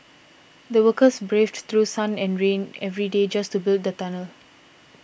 the workers braved through sun and rain every day just to build the tunnel